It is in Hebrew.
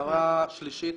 הערה שלישית